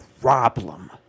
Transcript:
problem